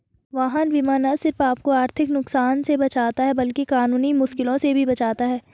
वाहन बीमा न सिर्फ आपको आर्थिक नुकसान से बचाता है, बल्कि कानूनी मुश्किलों से भी बचाता है